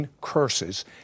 curses